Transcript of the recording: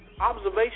observation